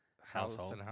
Household